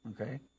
Okay